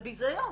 זה ביזיון.